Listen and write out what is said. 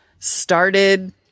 Started